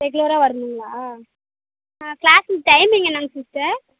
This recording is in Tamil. ரெகுலராக வரணுங்களா ஆ கிளாஸ்சுக்கு டைமிங் என்னங்க சிஸ்டர்